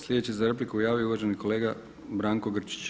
Sljedeći se za repliku javio uvaženi kolega Branko Grčić.